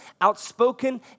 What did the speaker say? outspoken